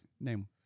Name